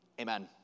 Amen